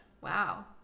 Wow